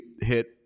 hit